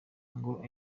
ngo